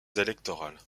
électorales